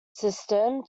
system